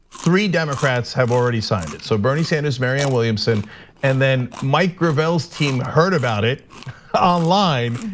three democrats have already signed it. so bernie sanders, marianne williamson and then mike gravel's team heard about it online,